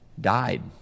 died